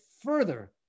further